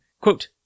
Quote